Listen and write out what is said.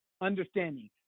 Understanding